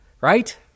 Right